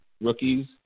rookies